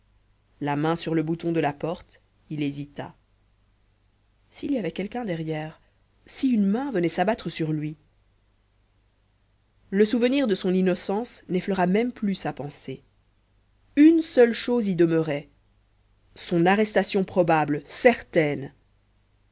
la main sur le bouton de la porte il hésita s'il y avait quelqu'un derrière si une main venait s'abattre sur lui le souvenir de son innocence n'effleurait même plus sa pensée une seule chose y demeurait son arrestation probable certaine